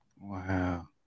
Wow